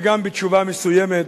וגם בתשובה מסוימת